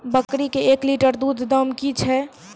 बकरी के एक लिटर दूध दाम कि छ?